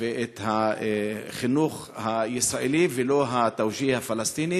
ואת החינוך הישראלי ולא התאוג'יה הפלסטיני,